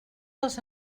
els